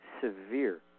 severe